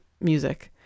music